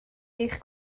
eich